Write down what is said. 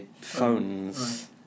phones